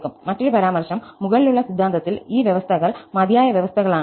മറ്റൊരു പരാമർശം മുകളിലുള്ള സിദ്ധാന്തത്തിൽ ഈ വ്യവസ്ഥകൾ മതിയായ വ്യവസ്ഥകളാണ്